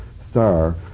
star